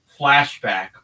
flashback